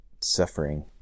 suffering